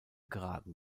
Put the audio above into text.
geraden